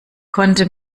konnte